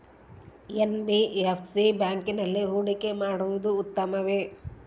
NBFC ಬ್ಯಾಂಕಿನಲ್ಲಿ ಹೂಡಿಕೆ ಮಾಡುವುದು ಉತ್ತಮವೆ?